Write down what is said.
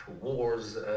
wars